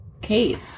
Kate